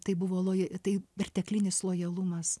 tai buvo loja tai perteklinis lojalumas